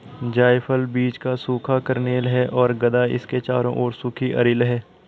जायफल बीज का सूखा कर्नेल है और गदा इसके चारों ओर सूखी अरिल है